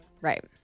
Right